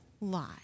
lie